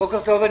בוקר טוב.